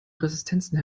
resistenzen